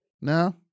No